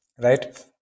right